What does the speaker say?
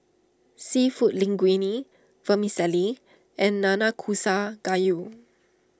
Seafood Linguine Vermicelli and Nanakusa Gayu